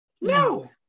No